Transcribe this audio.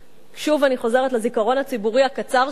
שוב אני חוזרת לזיכרון הציבורי הקצר שלנו.